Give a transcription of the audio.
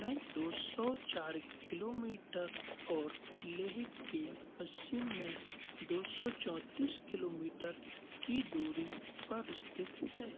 में दो सौ चार किलोमीटर और लेह के पश्चिम में दो सौ चौतीस किलोमीटर की दूरी पर स्थित है